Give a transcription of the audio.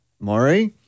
Maury